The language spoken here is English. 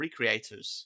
Recreators